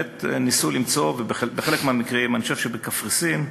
ניסו למצוא, ובחלק מהמקרים, אני חושב שבקפריסין,